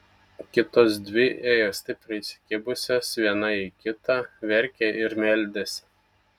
kitos dvi ėjo stipriai įsikibusios viena į kitą verkė ir meldėsi